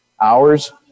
Hours